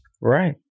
Right